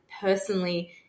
personally